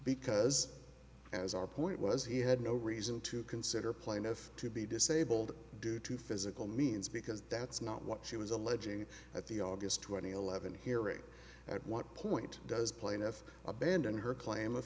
because as our point was he had no reason to consider plaintiff to be disabled due to physical means because that's not what she was alleging at the august twentieth eleven hearing at what point does plaintiff abandon her claim of